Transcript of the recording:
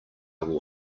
will